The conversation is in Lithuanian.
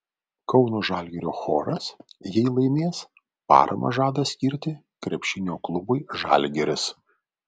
kauno žalgirio choras jei laimės paramą žada skirti krepšinio klubui žalgiris